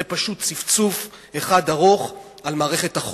זה פשוט צפצוף אחד ארוך על מערכת החוק.